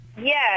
Yes